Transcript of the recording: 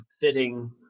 fitting